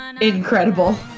incredible